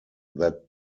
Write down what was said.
that